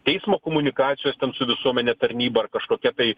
teismo komunikacijos su visuomene tarnyba ar kažkokia tai